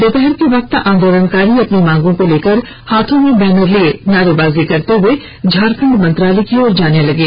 दोपहर के समय आंदोलनकारी अपनी मांगों को लेकर हाथों में बैनर के साथ नारेबाजी करते हुए झारखंड मंत्रालय की ओर जाने लगे